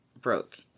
Broke